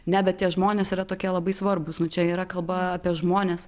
ne bet tie žmonės yra tokie labai svarbūs nu čia yra kalba apie žmones